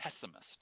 pessimist